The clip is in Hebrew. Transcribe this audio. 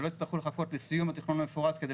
ולא יצטרכו לחכות לסיום התכנון המפורט כדי